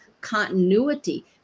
continuity